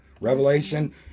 Revelation